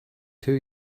two